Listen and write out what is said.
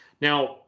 Now